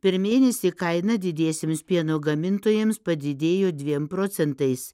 per mėnesį kaina didiesiems pieno gamintojams padidėjo dviem procentais